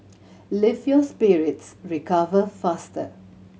lift your spirits recover faster